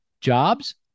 jobs